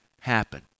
happen